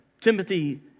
Timothy